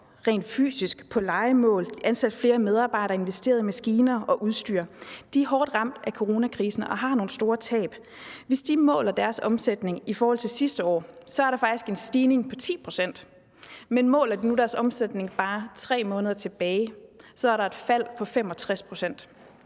rent fysisk på lejemål, ansat flere medarbejdere og investeret i maskiner og udstyr. De er hårdt ramt af coronakrisen og har nogle store tab. Hvis de måler deres omsætning i forhold til sidste år, er der faktisk en stigning på 10 pct., men måler de deres omsætning bare 3 måneder tilbage, er der et fald på 65 pct.